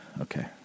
Okay